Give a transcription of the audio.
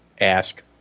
ask